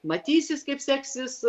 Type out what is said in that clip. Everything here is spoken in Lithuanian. matysis kaip seksis